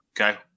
Okay